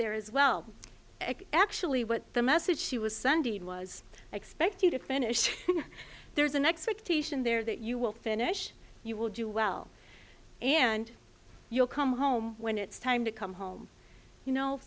there as well actually what the message she was sending was i expect you to finish there's an expectation there that you will finish you will do well and you'll come home when it's time to come home you know